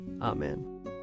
Amen